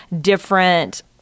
different